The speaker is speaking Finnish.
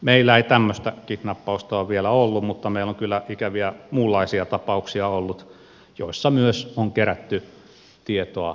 meillä ei tämmöistä kidnappausta ole vielä ollut mutta meillä on kyllä ikäviä muunlaisia tapauksia ollut joissa myös on kerätty tietoa etukäteen